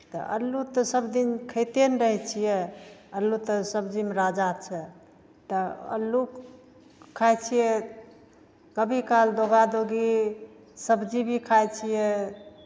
तऽ आलू तऽ सबजीमे खाइते ने रहै छियै आलू तऽ सब्जीमे राजा छै तऽ आलू खाइ छियै कभी काल दोगा दोगी सब्जी भी खाइ छियै